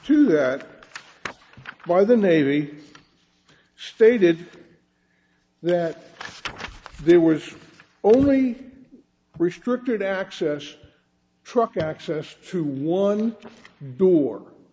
to that by the navy stated that there was only restricted access truck access to one door